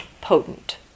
potent